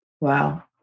Wow